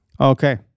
Okay